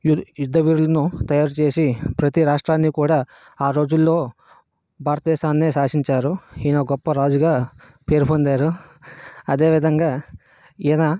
you యుద్ధవీరులను తయారుచేసి ప్రతి రాష్ట్రాన్ని కూడా ఆ రోజుల్లో భారతదేశాన్నే శాశించరు ఈయన ఓ గొప్ప రాజుగా పేరుపొందారు అదే విధంగా ఈయన